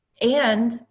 and-